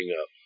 up